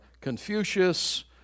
Confucius